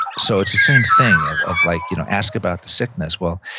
so it's the same thing of of like you know ask about the sickness. well,